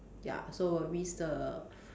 ya so I risk the